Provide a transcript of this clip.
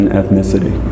ethnicity